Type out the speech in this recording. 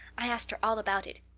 i asked her all about it.